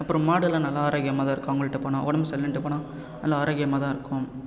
அப்புறம் மாடுலாம் நல்லா ஆரோக்கியமாக தான் இருக்கும் அவங்கள்கிட்ட போனால் உடம்பு சரியில்லைனுட்டு போனால் நல்லா ஆரோக்கியமாக தான் இருக்கும்